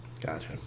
Gotcha